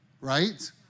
Right